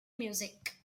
music